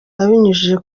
abinyujije